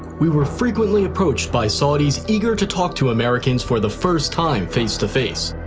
we were frequently approached by saudis eager to talk to americans for the first time face to face,